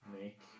make